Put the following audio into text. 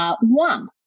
One